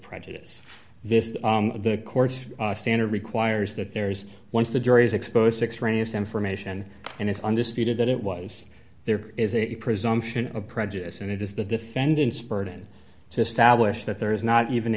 prejudice this is the court's standard requires that there is once the jury is exposed six rainiest information and it's undisputed that it was there is a presumption of prejudice and it is the defendant's burden to establish that there is not even